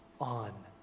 on